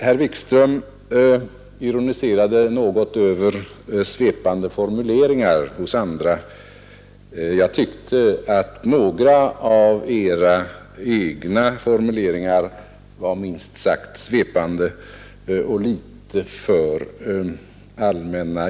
Herr Wikström ironiserade något över svepande formuleringar hos andra, men jag tyckte att några av Era egna formuleringar var minst sagt svepande och litet för allmänna.